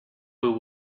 will